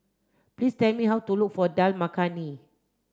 please tell me how to look for Dal Makhani